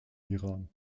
iran